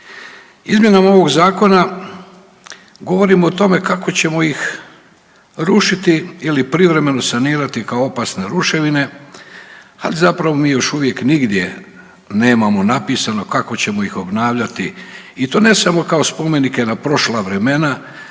Izmjenom ovog zakona govorimo o tome kako ćemo ih rušiti ili privremeno sanirati kao opasne ruševine, ali zapravo mi još uvijek nigdje nemamo napisano kako ćemo ih obnavljati i to ne samo kao spomenike na prošla vremena